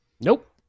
Nope